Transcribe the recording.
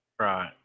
Right